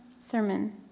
sermon